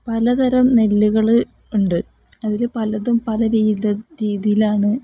പലതരം നെല്ലുകളുണ്ട് അതില് പലതും പല രീതിയിലാണ്